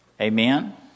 Amen